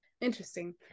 Interesting